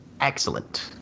Excellent